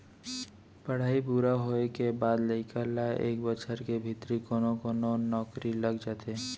पड़हई पूरा होए के बाद लइका ल एक बछर के भीतरी कोनो कोनो नउकरी लग जाथे